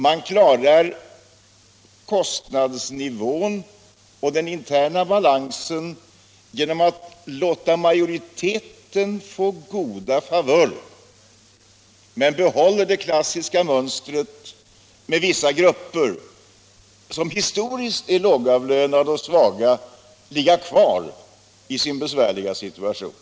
Man klarar kostnadsnivån och den interna balansen genom att låta majoriteten få goda favörer men behåller det klassiska mönstret att låta vissa grupper, som historiskt är lågavlönade och svaga, ligga kvar i sin besvärliga situation.